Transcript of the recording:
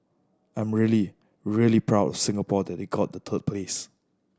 I'm really really proud of Singapore that they got the third place